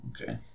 Okay